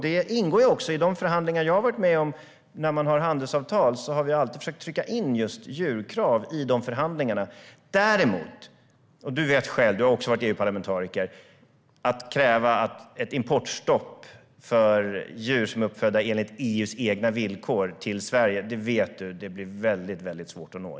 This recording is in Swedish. Det ingår också. I de förhandlingar jag har varit med om när det gäller handelsavtal har vi alltid försökt trycka in djurskyddskrav i förhandlingarna. Du har också varit EU-parlamentariker och vet hur det är, Jens Holm, och att kräva ett importstopp för djur som är uppfödda enligt EU:s egna villkor till Sverige blir väldigt svårt.